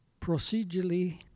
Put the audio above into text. procedurally